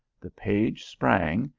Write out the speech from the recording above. the page sprang,